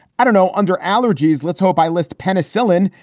i don't know, under allergies. let's hope i list penicillin,